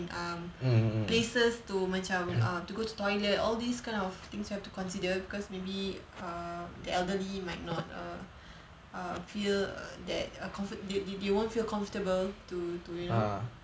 um places to macam err to go to toilet all these kind of things you have to consider because maybe err the elderly might not err err feel that err comfort they they won't feel comfortable to to you know